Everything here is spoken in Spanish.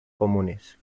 comunes